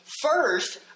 first